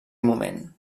moment